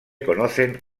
conocen